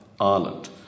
Ireland